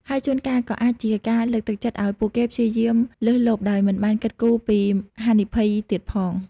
ហើយជួនកាលក៏អាចជាការលើកទឹកចិត្តឱ្យពួកគេព្យាយាមលើសលប់ដោយមិនបានគិតគូរពីហានិភ័យទៀតផង។